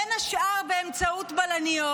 בין השאר באמצעות בלניות.